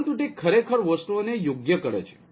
પરંતુ તે ખરેખર વસ્તુઓ ને યોગ્ય કરે છે